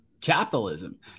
capitalism